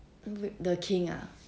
the king ah